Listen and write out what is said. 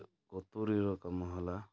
କତୁରୀ ର କାମ ହେଲା